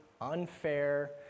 unfair